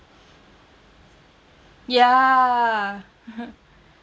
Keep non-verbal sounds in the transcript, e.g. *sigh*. ya *laughs*